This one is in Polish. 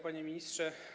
Panie Ministrze!